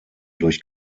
durch